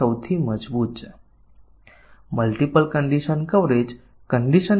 ચાલો આ ઉદાહરણ જોઈએ તેથી આ અહીં પ્રખ્યાત અલ્ગોરિધમ છે ફક્ત કોડ મેં અહીં લીધો છે